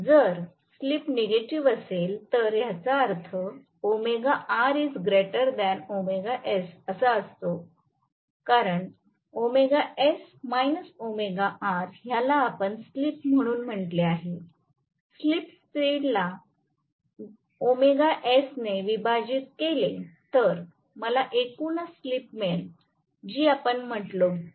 जर slip negative असेल तर याचा अर्थ असा आहे की कारण ह्याला आपण स्लिप म्हणून म्हटले आहे स्लिप स्पीड ला ने विभाजित केले तर मला एकूणच स्लिप मिळेल जी आपण म्हटलो ती